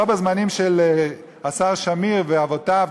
לא בזמנים של השר שמיר ואבותיו,